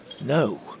No